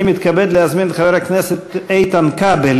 אני מתכבד להזמין את חבר הכנסת איתן כבל,